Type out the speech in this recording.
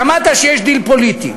שמעת שיש דיל פוליטי.